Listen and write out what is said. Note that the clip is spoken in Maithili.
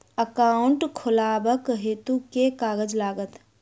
एकाउन्ट खोलाबक हेतु केँ कागज लागत?